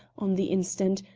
on the instant,